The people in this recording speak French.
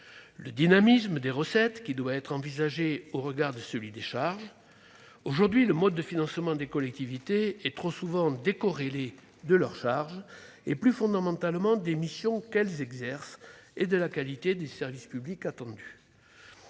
le dynamisme des recettes qui doit être envisagé au regard de celui des charges. Aujourd'hui, le mode de financement des collectivités est trop souvent décorrélé de leurs charges et, plus fondamentalement, des missions qu'elles exercent et de la qualité des services publics.